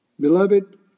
Beloved